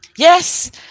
Yes